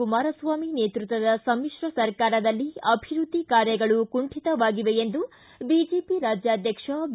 ಕುಮಾರಸ್ವಾಮಿ ನೇತೃತ್ವದ ಸಮಿತ್ರ ಸರ್ಕಾರದಲ್ಲಿ ಅಭಿವೃದ್ದಿ ಕಾರ್ಯಗಳು ಕುಂಠಿತವಾಗಿವೆ ಎಂದು ಬಿಜೆಪಿ ರಾಜ್ಯಾಧ್ಯಕ್ಷ ಬಿ